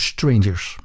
Strangers